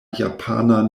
japana